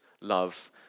love